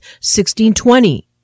1620